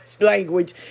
language